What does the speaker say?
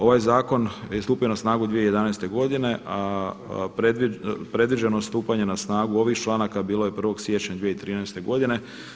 Ovaj zakon je stupio na snagu 2011. godine, a predviđeno stupanje na snagu ovih članaka bilo je 1. siječnja 2013. godine.